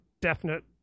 definite